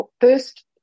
first